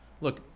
Look